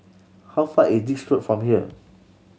how far is Dix Road from here